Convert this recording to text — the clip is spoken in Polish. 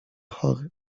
chory